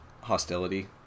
hostility